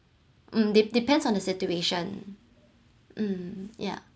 um dep~ depends on the situation um yeah